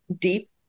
deep